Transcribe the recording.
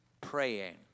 praying